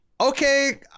Okay